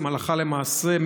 הלכה למעשה,